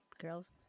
girls